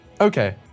Okay